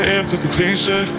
anticipation